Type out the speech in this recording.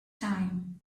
time